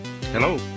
Hello